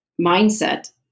mindset